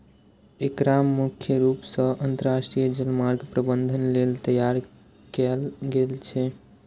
एकरा मुख्य रूप सं अंतरराष्ट्रीय जलमार्ग प्रबंधन लेल तैयार कैल गेल छै